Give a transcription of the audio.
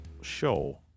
show